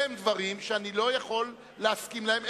אלה הם דברים שאני לא יכול להסכים להם,